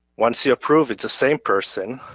once you approve it's the same person